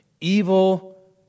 Evil